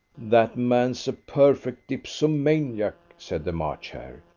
that man's a perfect dipsomaniac, said the march hare.